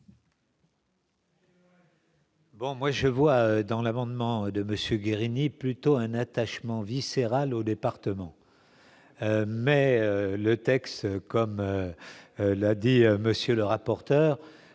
Bon, moi je vois dans l'amendement de Monsieur Guérini plutôt un attachement viscéral au département, mais le texte, comme l'a dit monsieur le rapporteur,